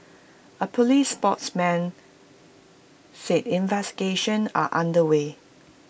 A Police spokesman said investigations are under way